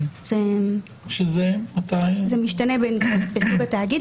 שזה משתנה לפי סוג התאגיד,